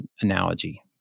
analogy